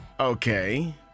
Okay